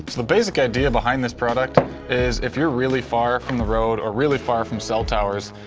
the basic idea behind this product is if you're really far from the road or really far from cell towers,